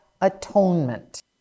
atonement